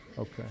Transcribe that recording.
Okay